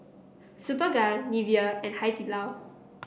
Superga Nivea and Hai Di Lao